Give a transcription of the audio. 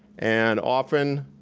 and often,